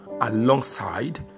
alongside